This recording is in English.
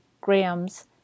grams